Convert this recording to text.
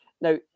Now